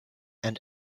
and